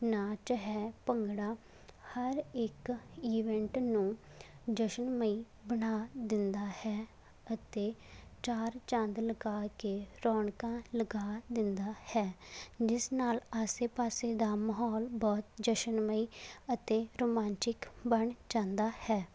ਨਾਚ ਹੈ ਭੰਗੜਾ ਹਰ ਇੱਕ ਈਵੈਂਟ ਨੂੰ ਜਸ਼ਨਮਈ ਬਣਾ ਦਿੰਦਾ ਹੈ ਅਤੇ ਚਾਰ ਚੰਦ ਲਗਾ ਕੇ ਰੌਣਕਾਂ ਲਗਾ ਦਿੰਦਾ ਹੈ ਜਿਸ ਨਾਲ ਆਸੇ ਪਾਸੇ ਦਾ ਮਾਹੌਲ ਬਹੁਤ ਜਸ਼ਨਮਈ ਅਤੇ ਰੋਮਾਂਚਕ ਬਣ ਜਾਂਦਾ ਹੈ